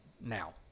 now